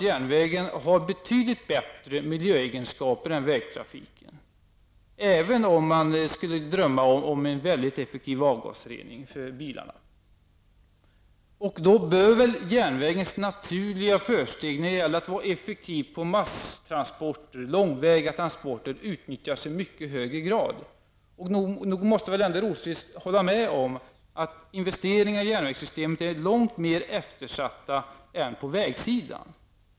Järnvägen har betydligt bättre miljöegenskaper än vägtrafiken, även om man skulle drömma om en väldigt effektiv avgasrening för bilarna. Då borde väl järnvägens naturliga försteg när det gäller att vara effektiv på masstransporter och långväga transporter utnyttjas i mycket högre grad. Nog måste väl Rosqvist hålla med om att investeringar i järnvägssystemet är långt mer eftersatta än investeringar på vägsidan.